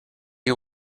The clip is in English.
you